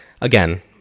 Again